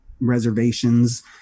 reservations